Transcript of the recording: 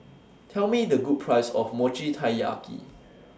Tell Me The Price of Mochi Taiyaki